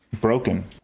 broken